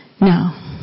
No